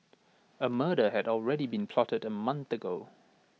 A murder had already been plotted A month ago